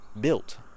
built